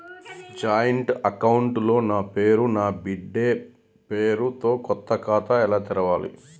Joint account లో నా పేరు నా బిడ్డే పేరు తో కొత్త ఖాతా ఎలా తెరవాలి?